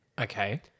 Okay